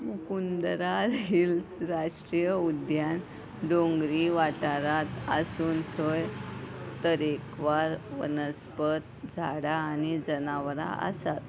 Mukundra hills राष्ट्रीय उद्द्यान दोंगरी वाठारांत आसून थंय तरेकवार वनस्पत झाडां आनी जनावरां आसात